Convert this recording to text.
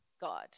God